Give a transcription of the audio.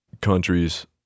countries-